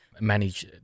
manage